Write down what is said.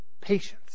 patience